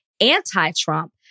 anti-Trump